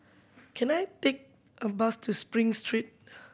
can I take a bus to Spring Street